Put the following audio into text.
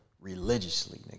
religiously